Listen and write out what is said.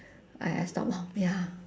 I I stop lor ya